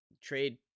trade